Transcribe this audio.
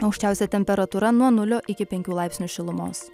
aukščiausia temperatūra nuo nulio iki penkių laipsnių šilumos